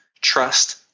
trust